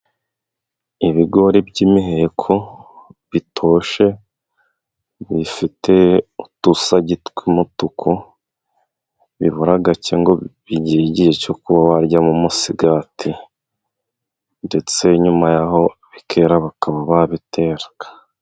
Ibigori by'imiheko bitoshye bifite udusage tw'umutuku, bibura gake ngo bigere igihe cyo kuba waryamo umusigati, ndetse nyuma yaho bikera bakaba babitera.